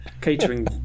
catering